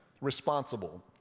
responsible